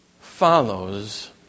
follows